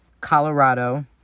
Colorado